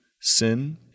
sin